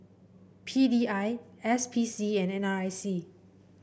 P D I S P C and N R I C